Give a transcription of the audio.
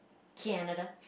Canada